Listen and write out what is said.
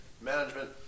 management